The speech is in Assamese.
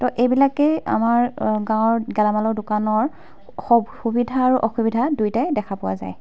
তো এইবিলাকেই আমাৰ গাঁৱত গেলামালৰ দোকানৰ সব সুবিধা আৰু অসুবিধা দুয়োটাই দেখা পোৱা যায়